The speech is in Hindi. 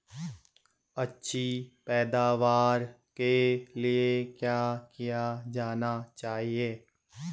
अच्छी पैदावार के लिए क्या किया जाना चाहिए?